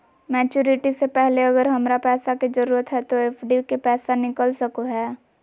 Maturity से पहले अगर हमरा पैसा के जरूरत है तो एफडी के पैसा निकल सको है?